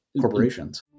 corporations